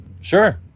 Sure